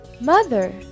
mother